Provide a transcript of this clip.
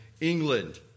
England